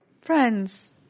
Friends